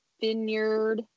Vineyard